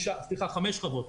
סליחה, חמש חוות.